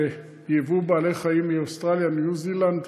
בייבוא בעלי חיים מאוסטרליה ומניו-זילנד.